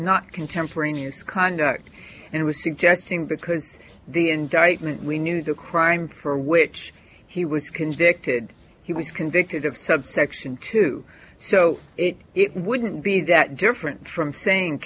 not contemporaneous conduct and i was suggesting because the indictment we knew the crime for which he was convicted he was convicted of subsection two so it wouldn't be that different from sayin